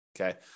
Okay